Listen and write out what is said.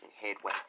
headway